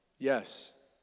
Yes